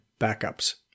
Backups